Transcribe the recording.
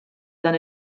dan